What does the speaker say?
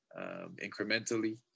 incrementally